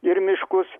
ir miškus